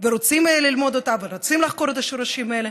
ורוצים ללמוד אותה ורוצים לחקור את השורשים האלה.